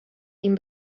ihm